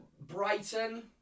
Brighton